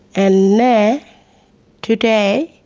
and now today,